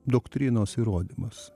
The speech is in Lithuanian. doktrinos įrodymas